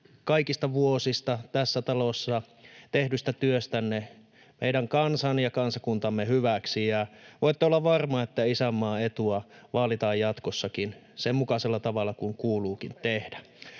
niistä vuosista, tässä talossa tekemästänne työstä meidän kansamme ja kansakuntamme hyväksi. Voitte olla varma, että isänmaan etua vaalitaan jatkossakin sen mukaisella tavalla kuin kuuluukin tehdä.